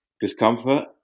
discomfort